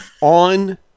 On